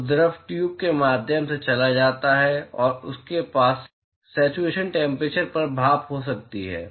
तो द्रव ट्यूब के माध्यम से चला जाता है और आपके पास सेच्युरेशन टेम्परेचर पर भाप हो सकती है